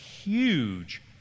huge